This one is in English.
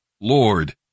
Lord